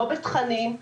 לא בתכנים,